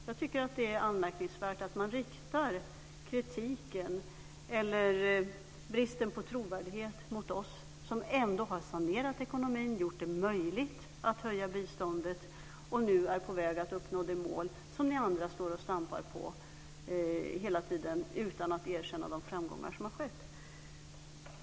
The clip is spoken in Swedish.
Jag tycker att det är anmärkningsvärt att man riktar kritiken eller anklagelser om brist på trovärdighet mot oss, som ändå har sanerat ekonomin, gjort det möjligt att höja biståndet och nu är på väg att uppnå det mål som ni andra står och stampar på hela tiden, utan att erkänna de framgångar som har skett.